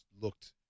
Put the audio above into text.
looked